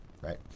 Right